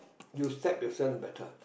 you slap yourself better